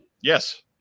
Yes